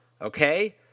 Okay